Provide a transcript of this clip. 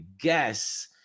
guess